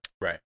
Right